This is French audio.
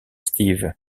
steve